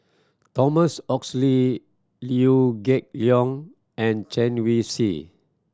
Thomas Oxley Liew Geok Leong and Chen Wen Hsi